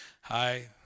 hi